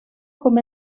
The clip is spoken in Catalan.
com